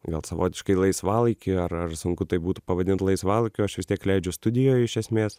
gal savotiškai laisvalaikį ar ar sunku tai būtų pavadint laisvalaikiu aš vis tiek leidžiu studijoj iš esmės